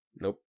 Nope